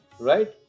right